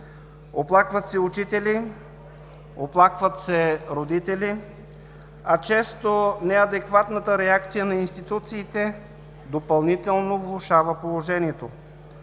Оплакват се учители, оплакват се родители, а често неадекватната реакция на институциите допълнително влошава положението.